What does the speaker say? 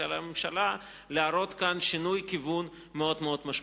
ועל הממשלה להראות כאן שינוי כיוון מאוד משמעותי.